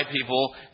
people